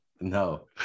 no